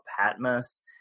Patmos